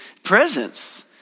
presence